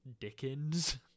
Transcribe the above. Dickens